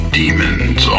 demons